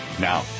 Now